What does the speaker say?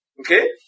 Okay